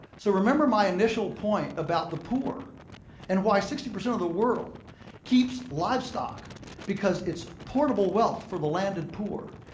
so remember my initial point about the poor and why sixty percent of the world keeps livestock because it's portable wealth for the landed poor,